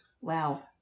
Wow